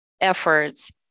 efforts